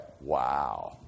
wow